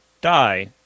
die